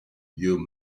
you